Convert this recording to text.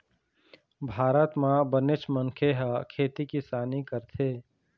भारत म बनेच मनखे ह खेती किसानी करथे